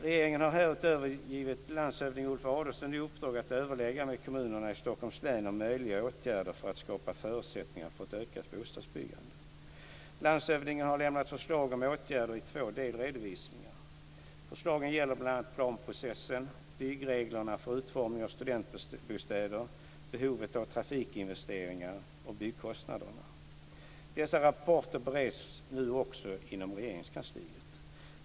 Regeringen har härutöver givit landshövding Ulf Adelsohn i uppdrag att överlägga med kommunerna i Stockholms län om möjliga åtgärder för att skapa förutsättningar för ett ökat bostadsbyggande. Landshövdingen har lämnat förslag om åtgärder i två delredovisningar. Förslagen gäller bl.a. planprocessen, byggreglerna för utformningen av studentbostäder, behovet av trafikinvesteringar och byggkostnaderna. Dessa rapporter bereds nu också inom Regeringskansliet.